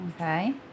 okay